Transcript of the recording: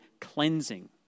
cleansing